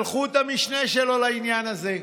שלחו את המשנה שלו לעניין הזה.